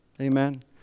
Amen